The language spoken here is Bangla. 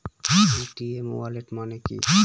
পেটিএম ওয়ালেট মানে কি?